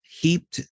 heaped